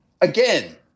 again